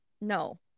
No